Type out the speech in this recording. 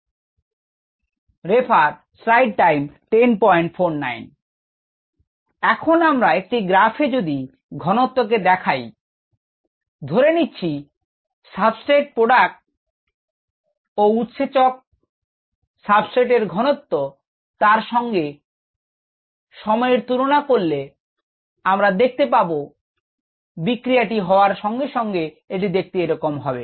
𝐸𝑆 𝐸𝑡 − 𝐸 এখন আমরা একটি গ্রাফ এ যদি ঘনত্বকে দেখাই ধরে নিচ্ছি সাবস্ট্রেট প্রোডাক্ট ও উৎসেচক সাবস্ট্রেট এর ঘনত্ব তার সঙ্গে সময়ের তুলনা করলে আমরা দেখতে পাবো বিক্রিয়াটি হওয়ার সঙ্গে সঙ্গে এটি দেখতে এরকম হবে